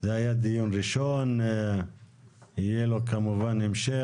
זה היה דיון ראשון, יהיה לו כמובן המשך.